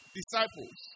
disciples